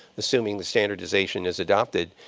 assuming the standardization is adopted,